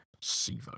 SIVA